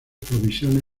provisiones